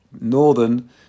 northern